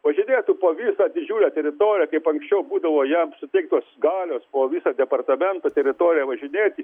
važinėtų po visą didžiulę teritoriją kaip anksčiau būdavo jam suteiktos galios po visą departamento teritoriją važinėti